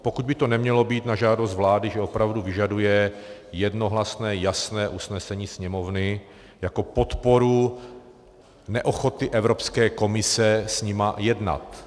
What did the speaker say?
Pokud by to nemělo být na žádost vlády, že opravdu vyžaduje jednohlasné jasné usnesení Sněmovny jako podporu neochoty Evropské komise s nimi jednat.